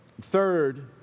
Third